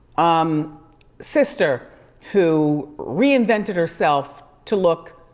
um sister who reinvented herself to look,